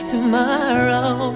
Tomorrow